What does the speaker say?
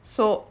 so